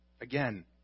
Again